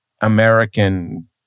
American